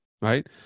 right